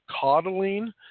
coddling